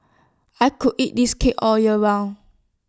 I could eat this cake all year round